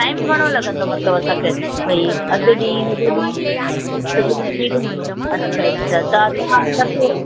time घणो लॻंदो मतिलबु असांखे भई अधि ॾींहं सॼो ॾींहुं सॼो ॾींहुं थी वेंदो आहे अच्छा अच्छा त तव्हां असांखे